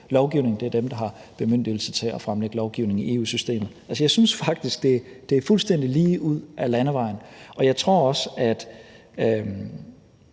lovgivning. Det er dem, der har bemyndigelse til at fremlægge lovgivning i EU-systemet. Altså, jeg synes faktisk, det er fuldstændig lige ud ad landevejen, og jeg tror også, at